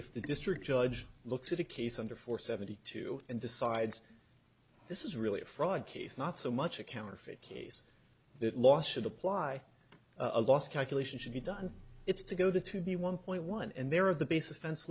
if the district judge looks at a case under four seventy two and decides this is really a fraud case not so much a counterfeit case that law should apply a loss calculation should be done it's to go to to be one point one and there are the basic fence